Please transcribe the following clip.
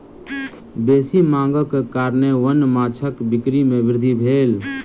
बेसी मांगक कारणेँ वन्य माँछक बिक्री में वृद्धि भेल